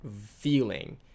feeling